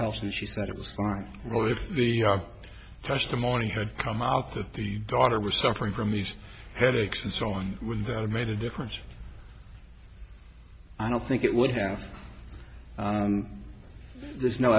health and she said it was fine or if the testimony had come out that the daughter was suffering from these headaches and so on with made a difference i don't think it would have there's no